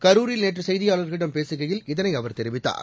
கரூரில் நேற்று செய்தியாளர்களிடம் பேசுகையில் இதனை அவர் தெரிவித்தார்